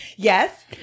Yes